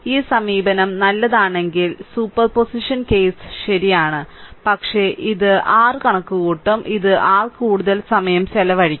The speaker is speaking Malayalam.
ഈ സമീപനം നല്ലതാണെങ്കിൽ സൂപ്പർപോസിഷൻ കേസ് ശരിയാണ് പക്ഷേ ഇത് r കണക്കുകൂട്ടും ഇത് r കൂടുതൽ സമയം ചെലവഴിക്കും